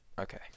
Okay